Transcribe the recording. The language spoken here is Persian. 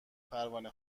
پروانه